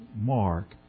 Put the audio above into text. Mark